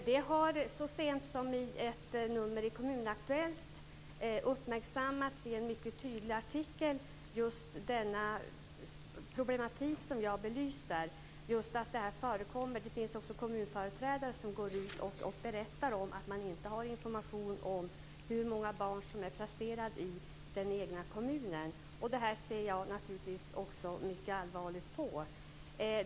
Fru talman! Den problematik som jag har belyst har uppmärksammats i en mycket tydlig artikel i ett nummer av Kommun-Aktuellt. Det finns också kommunföreträdare som går ut och berättar om att man inte har information om hur många barn som är placerade i den egna kommunen. Detta ser jag naturligtvis också mycket allvarligt på.